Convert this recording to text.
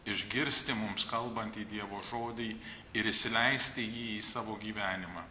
išgirsti mums kalbantį dievo žodį ir įsileisti jį į savo gyvenimą